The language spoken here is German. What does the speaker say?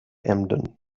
emden